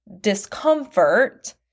discomfort